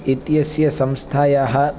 इत्यस्याः संस्थायाः